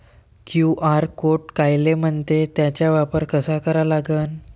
QR code कायले म्हनते, त्याचा वापर कसा करा लागन?